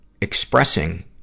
expressing